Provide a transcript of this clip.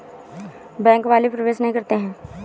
Bank वाले प्रवेश नहीं करते हैं?